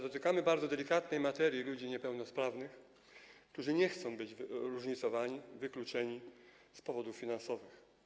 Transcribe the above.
Dotykamy jednak bardzo delikatnej materii, sytuacji ludzi niepełnosprawnych, którzy nie chcą być różnicowani, wykluczeni z powodów finansowych.